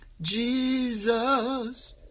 Jesus